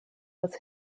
was